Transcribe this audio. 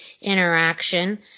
interaction